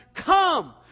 come